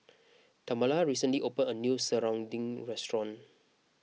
Tamala recently opened a new Serunding restaurant